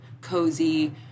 cozy